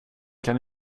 kan